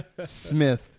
Smith